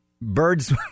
birds